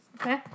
okay